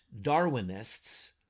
Darwinists